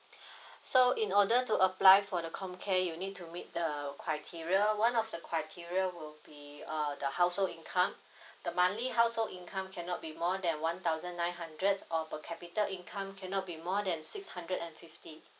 so in order to apply for the comcare you need to meet the criteria one of the criteria would be uh the household income the monthly household income cannot be more than one thousand nine hundred or per capita income cannot be more than six hundred and fifty